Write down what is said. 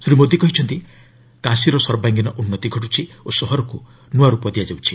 ଶ୍ରୀ ମୋଦି କହିଛନ୍ତି କାଶୀର ସର୍ବାଙ୍ଗୀନ ଉନ୍ନତି ଘଟୁଛି ଓ ସହରକୁ ନୂଆ ରୂପ ଦିଆଯାଉଛି